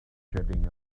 jetting